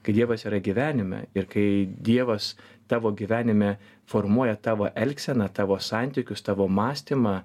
kai dievas yra gyvenime ir kai dievas tavo gyvenime formuoja tavo elgseną tavo santykius tavo mąstymą